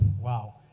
Wow